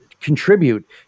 contribute